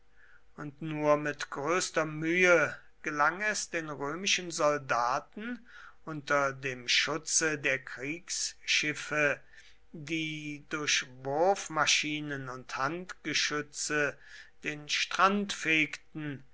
und nur mit größter mühe gelang es den römischen soldaten unter dem schutze der kriegsschiffe die durch wurfmaschinen und handgeschütze den strand fegten